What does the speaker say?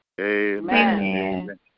Amen